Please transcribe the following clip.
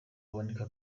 aboneka